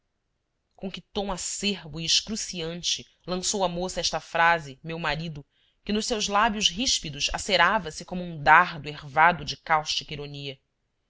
com que tom acerbo e excruciante lançou a moça esta frase meu marido que nos seus lábios ríspidos acerava se como um dardo ervado de cáustica ironia